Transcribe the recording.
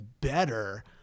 better